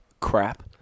Crap